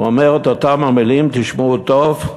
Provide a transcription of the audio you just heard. הוא אומר את אותן המילים, תשמעו טוב: